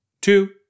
Two